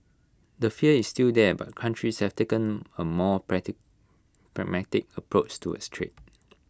the fear is still there but countries have taken A more pragmatic approach towards trade